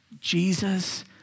Jesus